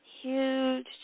huge